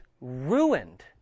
ruined